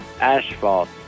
asphalt